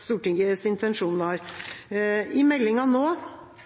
Stortingets intensjon var. I denne meldinga